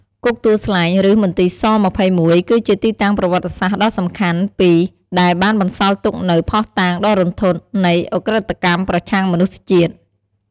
គុកទួលស្លែង ឬ មន្ទីរស-២១ គឺជាទីតាំងប្រវត្តិសាស្ត្រដ៏សំខាន់ពីរ ដែលបានបន្សល់ទុកនូវភស្តុតាងដ៏រន្ធត់នៃឧក្រិដ្ឋកម្មប្រឆាំងមនុស្សជាតិ។